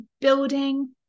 building